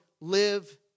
live